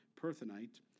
Perthanite